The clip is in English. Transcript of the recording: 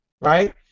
right